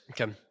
Okay